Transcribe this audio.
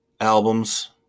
albums